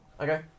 Okay